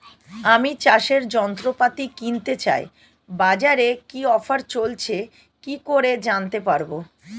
আমি চাষের যন্ত্রপাতি কিনতে চাই বাজারে কি কি অফার চলছে কি করে জানতে পারবো?